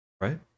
right